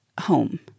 home